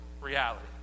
reality